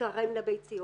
שתיתרמנה ביציות.